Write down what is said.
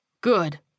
Good